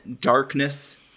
darkness